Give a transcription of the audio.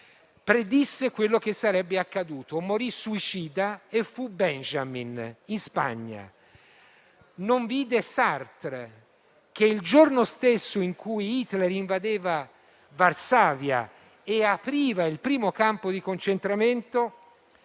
predisse quello che sarebbe accaduto e morì suicida: fu Benjamin, in Spagna. Non vide invece Sartre che, il giorno stesso in cui Hitler invadeva Varsavia e apriva il primo campo di concentramento,